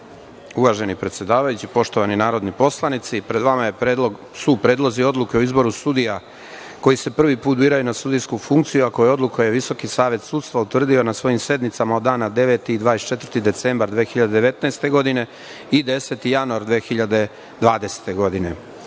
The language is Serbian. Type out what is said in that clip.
Hvala. Uvaženi predsedavajući, poštovani narodni poslanici, pred vama su predlozi odluka o izboru sudija, koji se prvi put biraju na sudijsku funkciju, a odluke je VSS utvrdio na svojim sednicama dana 9. i 24 decembra 2019. godine i 10. januara 2020. godine. Visoki